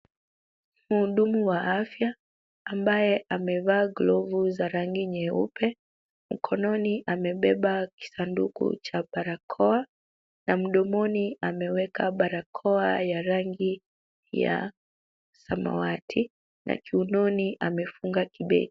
Mhudumu wa afya ambaye amevaa glavu za rangi nyeupe, mkononi amebeba kisanduku cha barakoa na mdomoni ameweka barakoa ya rangi ya samawati na kiunoni amefunga kibeti.